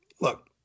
look